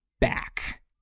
back